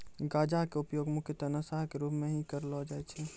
गांजा के उपयोग मुख्यतः नशा के रूप में हीं करलो जाय छै